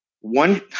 one